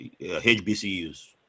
HBCUs